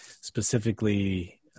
specifically